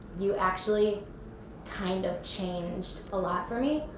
you actually kind of changed a lot for me.